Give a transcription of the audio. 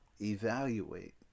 evaluate